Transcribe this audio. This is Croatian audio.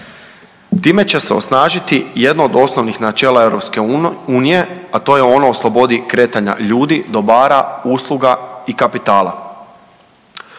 Time će se osnažiti jedno od osnovnih načela EU, a to je ono o slobodi kretanja ljudi, dobara, usluga i kapitala.